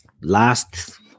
last